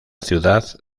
ciudad